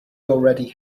already